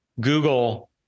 Google